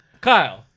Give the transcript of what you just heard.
Kyle